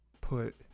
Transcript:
put